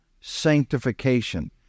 sanctification